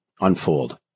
unfold